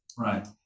Right